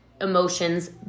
emotions